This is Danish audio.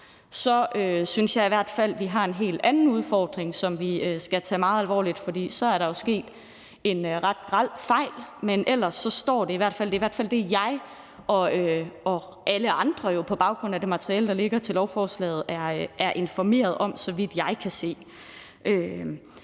synes jeg i hvert fald, vi har en helt anden udfordring, som vi skal tage meget alvorligt, for så er der jo sket en ret grel fejl. Men ellers står det i hvert fald der; det er i hvert fald det, jeg og alle andre jo på baggrund af det materiale, der ligger til lovforslaget, er informeret om, så vidt jeg kan se.